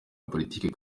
politiki